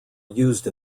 used